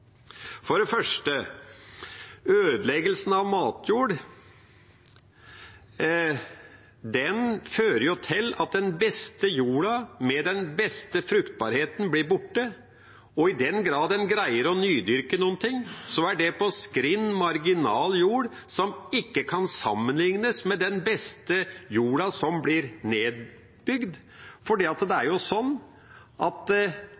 For det første: Ødeleggelsen av matjord fører til at den beste jorda, med den beste fruktbarheten, blir borte. I den grad en greier å nydyrke noe, er det på skrinn, marginal jord, som ikke kan sammenlignes med den beste jorda, som blir nedbygd. For det er jo sånn at det som nå nydyrkes, er